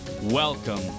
Welcome